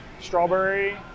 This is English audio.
strawberry